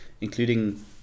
including